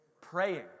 praying